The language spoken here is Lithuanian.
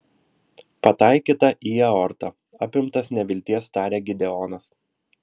pataikyta į aortą apimtas nevilties tarė gideonas